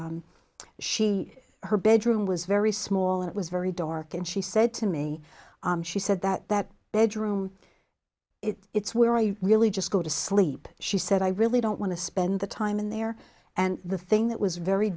she her bedroom was very small it was very dark and she said to me she said that that bedroom it's where i really just go to sleep she said i really don't want to spend the time in there and the thing that was very